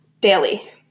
Daily